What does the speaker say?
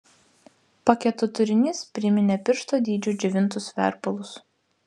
paketo turinys priminė piršto dydžio džiovintus verpalus